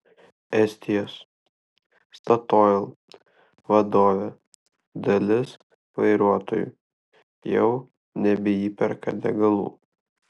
estijos statoil vadovė dalis vairuotojų jau nebeįperka degalų